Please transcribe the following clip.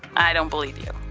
i don't believe you.